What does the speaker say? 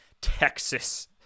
Texas